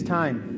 time